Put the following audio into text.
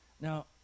Now